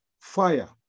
fire